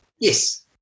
Yes